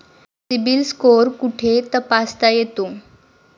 CIBIL score कुठे तपासता येतो?